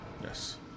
Yes